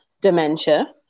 dementia